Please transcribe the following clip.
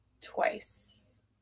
twice